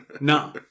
No